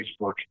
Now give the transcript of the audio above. Facebook